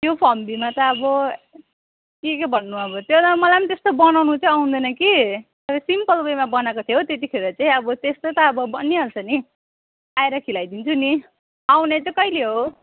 त्यो फम्बिमा त अब के के भन्नु अब त्यो त मलाई पनि त्यस्तो बनाउँनु चाहिँ आउँदैन कि तर सिम्पल वेमा बनएको थियो त्यतिखेर चाहिँ अब त्यस्तो त अब बनिहाल्छ नि आएर खिलाइदिन्छु नि आउने चाहिँ कहिले हो